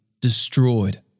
destroyed